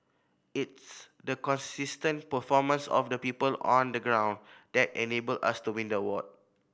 it's the consistent performance of the people on the ground that enabled us to win the award